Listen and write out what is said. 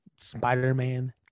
Spider-Man